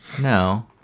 No